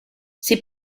ces